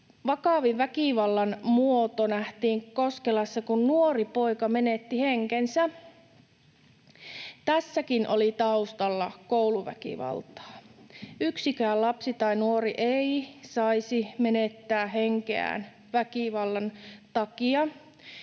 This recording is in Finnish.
vakavin väkivallan muoto nähtiin Koskelassa, kun nuori poika menetti henkensä. Tässäkin oli taustalla kouluväkivaltaa. Yksikään lapsi tai nuori ei saisi menettää henkeään väkivallan takia.